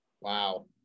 Wow